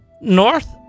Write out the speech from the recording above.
north